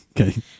Okay